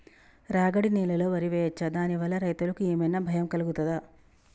రాగడి నేలలో వరి వేయచ్చా దాని వల్ల రైతులకు ఏమన్నా భయం కలుగుతదా?